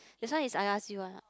this one is I ask you ah